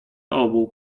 obu